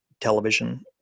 television